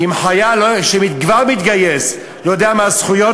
אם חייל שכבר מתגייס לא יודע מה הזכויות